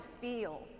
feel